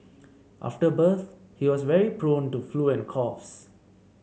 after birth he was very prone to flu and coughs